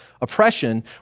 oppression